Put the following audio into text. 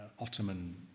Ottoman